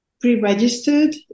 pre-registered